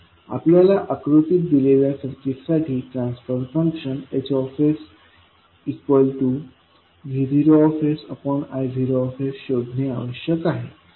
आपल्याला आकृतीत दिलेल्या सर्किटसाठी ट्रान्सफर फंक्शन HVosIos शोधणे आवश्यक आहे